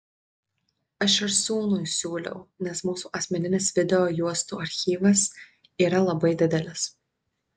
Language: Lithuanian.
aš ir sūnui siūliau nes mūsų asmeninis video juostų archyvas yra labai didelis